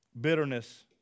bitterness